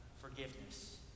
forgiveness